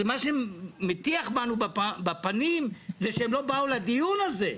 מה שמטיח בנו בפנים זה שהם לא באו לדיון הזה.